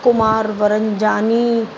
Kumar Varanjani